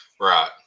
Right